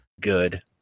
good